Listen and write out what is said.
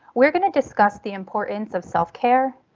we're going to discuss the importance of self care.